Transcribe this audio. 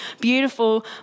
beautiful